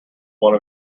one